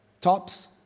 Tops